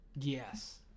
Yes